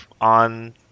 on